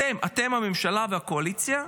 אתם, אתם הממשלה והקואליציה,